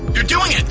you're doing it!